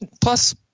plus